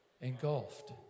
engulfed